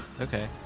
Okay